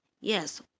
Yes